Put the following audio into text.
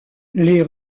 les